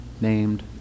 named